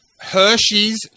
Hershey's